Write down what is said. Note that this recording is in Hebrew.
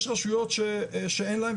יש רשויות שאין להן,